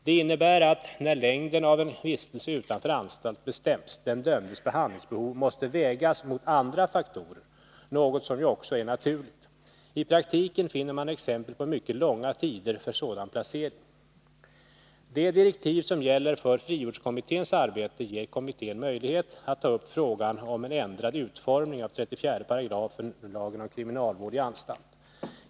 Det innebär att, när längden av en vistelse utanför anstalt bestäms, den dömdes behandlingsbehov måste vägas mot andra faktorer, något som ju också är naturligt. I praktiken finner man exempel på mycket långa tider för sådan placering. De direktiv som gäller för frivårdskommitténs arbete ger kommittén möjlighet att ta upp frågan om en ändrad utformning av 34 § lagen om kriminalvård i anstalt.